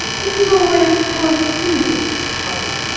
it was always poor susan's trouble,